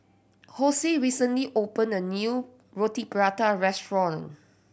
Hosie recently opened a new Roti Prata restaurant